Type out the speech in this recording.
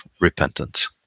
repentance